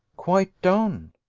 quite down?